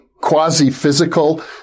quasi-physical